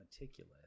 meticulous